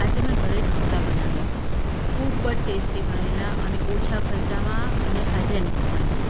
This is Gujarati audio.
આજે મેં ઘરે ઢોસા બનાવ્યા ખૂબ જ ટેસ્ટી બનેલા અને ઓછા ખર્ચામાં અને હાજેનિક બનેલા